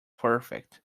perfect